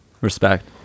respect